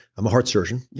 i'm a heart surgeon. yeah